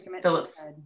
Phillips